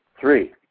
Three